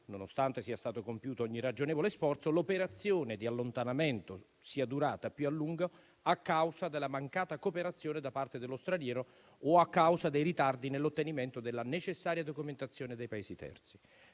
nonostante sia stato compiuto ogni ragionevole sforzo, l'operazione di allontanamento sia durata più a lungo a causa della mancata cooperazione da parte dello straniero o a causa dei ritardi nell'ottenimento della necessaria documentazione dei Paesi terzi.